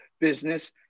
business